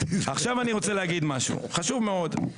עכשיו אני רוצה להגיד משהו, חשוב מאוד,